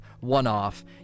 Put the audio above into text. one-off